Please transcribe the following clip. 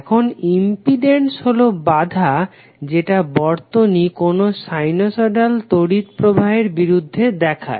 এখন ইম্পিডেন্স হলো বাধা যেটা বর্তনী কোনো সাইনোসইডাল তড়িৎ প্রবাহের বিরুদ্ধে দেখায়